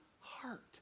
heart